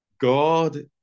God